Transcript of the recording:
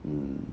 mm